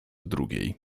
drugiej